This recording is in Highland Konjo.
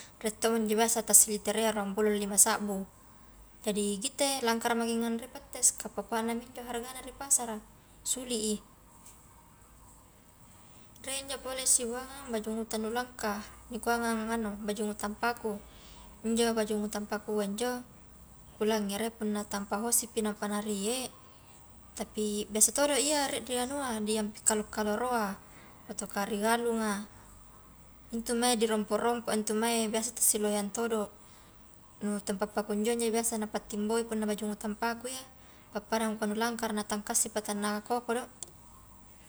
Rie to mo njo biasa ta siliterea ruang pulong lima sabbu, jadi kitte langkara maki nganrei pettes kah pakuanami injo hargana ri pasara suli i, rie injo pole sibuangang baju nu tanu langka nikuangang anu baju mutang paku, injo baju mutang pakua injo kulangere punna tang pahosipi nampa narie tapi biasatodo iya rie rianua di ampi kalo-kaloroa, ataukah ri galunga, intu mae di rompo-rompoa ntu mae biasa ta siloheang todo, nu tempa pakunjoa njo biasa napatimboi punna baju mutang paku ia padda ngkua nu langkara natangkassi patanna koko do.